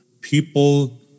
people